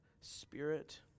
spirit